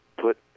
put